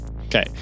Okay